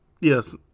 yes